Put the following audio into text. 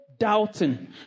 doubting